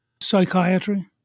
psychiatry